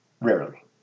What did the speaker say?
rarely